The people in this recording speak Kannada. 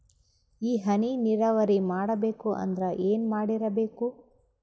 ಈ ಹನಿ ನೀರಾವರಿ ಮಾಡಬೇಕು ಅಂದ್ರ ಏನ್ ಮಾಡಿರಬೇಕು?